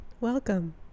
welcome